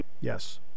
Yes